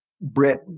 Brit